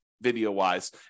video-wise